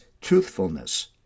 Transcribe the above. truthfulness